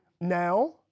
Now